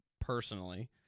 personally